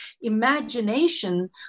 imagination